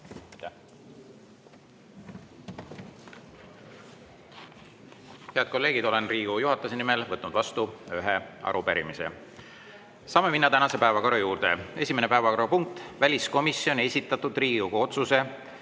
Head kolleegid, olen Riigikogu juhatuse nimel võtnud vastu ühe arupärimise. Saame minna tänase päevakorra juurde. Esimene päevakorrapunkt: väliskomisjoni esitatud Riigikogu otsuse